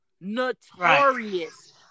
Notorious